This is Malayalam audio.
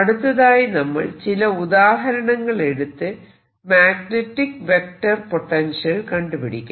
അടുത്തതായി നമ്മൾ ചില ഉദാഹരണങ്ങൾ എടുത്ത് മാഗ്നെറ്റിക് വെക്റ്റർ പൊട്ടൻഷ്യൽ കണ്ടുപിടിക്കാം